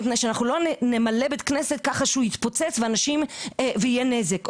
מפני שאנחנו לא נמלא בית כנסת כך שיתפוצץ ויהיה נזק.